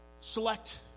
select